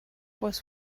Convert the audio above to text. was